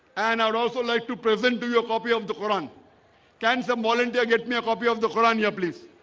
and i would also like to present to you a copy of the quran can some volunteer get me a copy of the quran. yeah, please